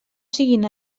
siguin